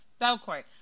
belcourt